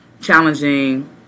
challenging